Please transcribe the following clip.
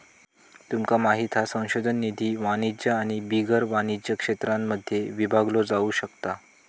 तुमका माहित हा संशोधन निधी वाणिज्य आणि बिगर वाणिज्य क्षेत्रांमध्ये विभागलो जाउ शकता